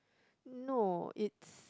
no it's